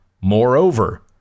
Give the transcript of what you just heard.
Moreover